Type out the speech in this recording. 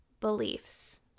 beliefs